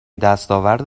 دستاورد